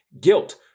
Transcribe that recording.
guilt